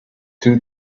two